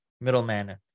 middleman